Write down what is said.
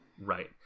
Right